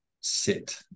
sit